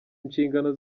inshingano